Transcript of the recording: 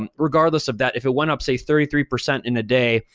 um regardless of that, if it went up, say, thirty three percent in a day,